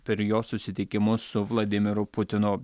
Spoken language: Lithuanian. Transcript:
per jo susitikimus su vladimiru putinu